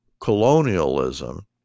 colonialism